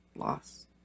loss